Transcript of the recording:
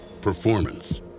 Performance